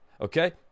okay